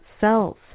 cells